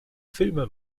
filme